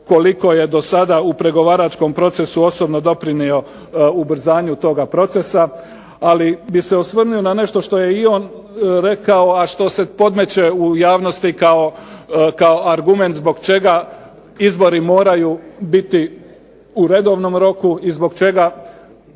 koliko je do sada u pregovaračkom procesu osobno doprinio ubrzanju toga procesa, ali bih se osvrnuo na nešto što je i on rekao, a što se podmeće u javnosti kao argument zbog čega izbori moraju biti u redovnom roku i zbog čega